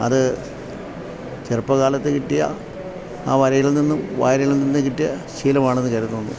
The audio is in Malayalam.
അത് ചെറുപ്പകാലത്ത് കിട്ടിയ ആ വരയിൽ നിന്നും വാരികയിൽനിന്ന് കിട്ടിയ ശീലമാണെന്ന് കരുതുന്നു